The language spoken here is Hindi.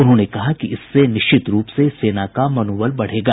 उन्होंने कहा कि इससे निश्चित रूप से सेना का मनोबल बढ़ेगा